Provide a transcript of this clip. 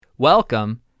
Welcome